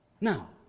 Now